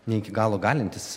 ne iki galo galintis